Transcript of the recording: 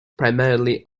primarily